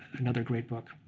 another great book.